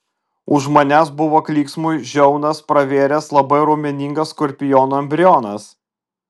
už manęs buvo klyksmui žiaunas pravėręs labai raumeningas skorpiono embrionas